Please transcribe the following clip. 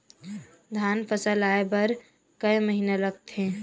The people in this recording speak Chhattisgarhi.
धान फसल आय बर कय महिना लगथे?